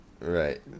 right